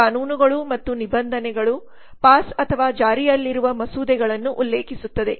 ಕಾನೂನುಗಳು ಮತ್ತು ನಿಬಂಧನೆಗಳು ಪಾಸ್ ಅಥವಾ ಜಾರಿಯಲ್ಲಿರುವ ಮಸೂದೆಗಳನ್ನು ಉಲ್ಲೇಖಿಸುತ್ತವೆ